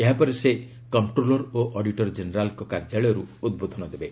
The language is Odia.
ଏହାପରେ ସେ କମ୍ପ୍ରୋଲର୍ ଓ ଅଡିଟର୍ ଜେନେରାଲ୍ଙ୍କ କାର୍ଯ୍ୟାଳୟରୁ ଉଦ୍ବୋଧନ ଦେବେ